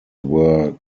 were